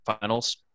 finals